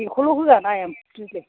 बेखौल' होआना एम्फौनो